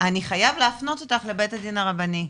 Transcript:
אני חייב להפנות אותך לבית הדין הרבני.